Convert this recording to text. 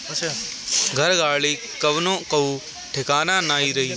घर, गाड़ी कवनो कअ ठिकान नाइ रही